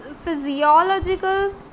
Physiological